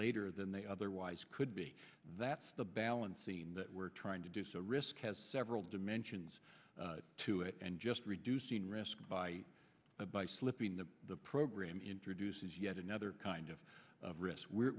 later than they otherwise could be that's the balance seen that we're trying to do so risk has several dimensions to it and just reducing risk by by slipping the program introduces yet another kind of risk we're